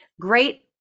great